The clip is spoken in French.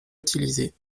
utilisées